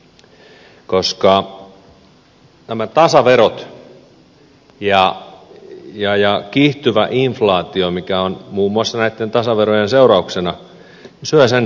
se ei vaan riitä koska nämä tasaverot ja kiihtyvä inflaatio mikä on muun muassa näitten tasaverojen seurauksena syövät sen korotuksen lähes pois